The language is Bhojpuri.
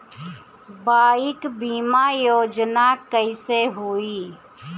बाईक बीमा योजना कैसे होई?